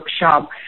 workshop